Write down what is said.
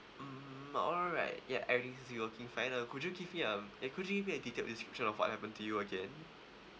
mm alright ya everything seems to be working fine uh could you give me um uh could you give me a detailed description of what happened to you again